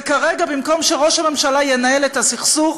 וכרגע, במקום שראש הממשלה ינהל את הסכסוך,